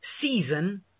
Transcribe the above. season